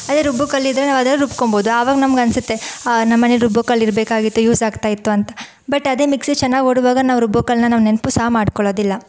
ಅದೇ ರುಬ್ಬೊ ಕಲ್ಲಿದ್ದರೆ ನಾವದರಲ್ಲೇ ರೂಬ್ಕೊಬೋದು ಆವಾಗ ನಮ್ಗನ್ಸತ್ತೆ ನಮ್ಮನೇಲಿ ರುಬ್ಬೋ ಕಲ್ಲಿರಬೇಕಾಗಿತ್ತು ಯೂಸ್ ಆಗ್ತಾ ಇತ್ತು ಅಂತ ಬಟ್ ಅದೇ ಮಿಕ್ಸಿ ಚೆನ್ನಾಗಿ ಓಡುವಾಗ ನಾವು ರುಬ್ಬೋ ಕಲ್ಲನ್ನ ನಾವು ನೆನಪು ಸಹ ಮಾಡ್ಕೊಳ್ಳೋದಿಲ್ಲ